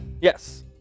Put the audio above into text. Yes